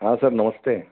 हाँ सर नमस्ते